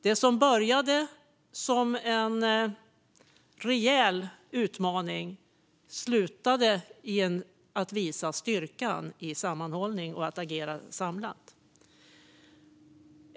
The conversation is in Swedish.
Det som började som en rejäl utmaning slutade i att vi visade styrkan i sammanhållning och i att agera samlat.